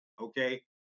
Okay